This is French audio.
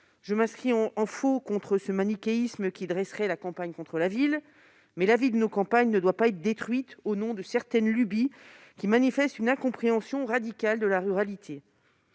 Je m'inscris en faux contre ce manichéisme qui dresserait la campagne contre la ville, mais la vie de nos campagnes ne doit pas être détruite au nom de certaines lubies, qui manifestent une incompréhension radicale de la ruralité.